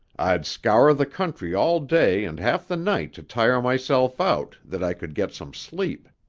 i'd scour the country all day and half the night to tire myself out, that i could get some sleep.